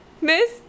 miss